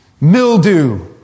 Mildew